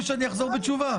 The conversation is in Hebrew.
לוחות-הזמנים ולהעצמתם.